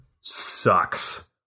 sucks